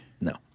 No